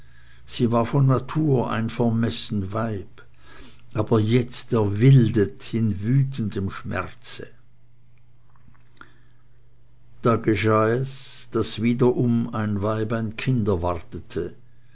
sie war von natur ein vermessen weib jetzt aber erwildet in wütendem schmerze da geschah es daß wiederum ein weib ein kind erwartete